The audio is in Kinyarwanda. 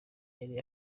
yari